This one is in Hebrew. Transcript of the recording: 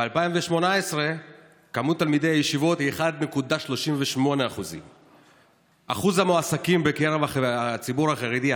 ב-2018 שיעור תלמידי הישיבות הוא 1.38%. שיעור המועסקים בקרב הציבור החרדי,